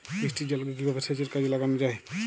বৃষ্টির জলকে কিভাবে সেচের কাজে লাগানো য়ায়?